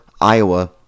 Iowa